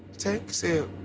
tank said,